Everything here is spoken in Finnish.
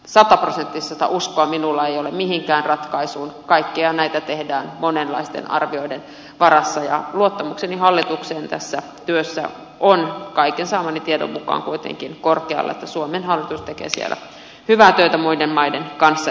sataprosenttista uskoa minulla ei ole mihinkään ratkaisuun kaikkiahan näitä tehdään monenlaisten arvioiden varassa ja luottamukseni hallitukseen tässä työssä on kaiken saamani tiedon mukaan kuitenkin korkealla että suomen hallitus tekee siellä hyvää työtä muiden maiden kanssa etsiessään ratkaisuja